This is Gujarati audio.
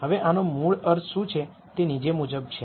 હવે આનો મૂળ અર્થ શું છે તે નીચે મુજબ છે